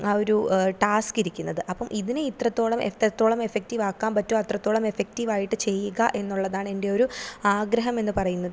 ആ ഒരു ടാസ്കിരിക്കുന്നത് അപ്പം ഇതിനെ ഇത്രത്തോളം എത്രത്തോളം എഫക്ടീവ് ആക്കാൻ പറ്റുമോ അത്രത്തോളം എഫക്റ്റ് ആകാനായിട്ടു ചെയ്യുക എന്നുള്ളതാണ് എൻ്റെ ഒരു ആഗ്രഹം എന്നു പറയുന്നത്